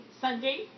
Sunday